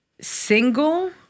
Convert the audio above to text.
single